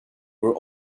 were